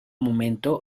momento